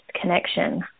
connection